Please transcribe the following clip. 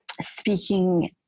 speaking